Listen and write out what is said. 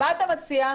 מה אתה מציע לעשות?